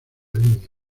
línea